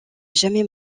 jamais